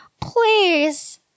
Please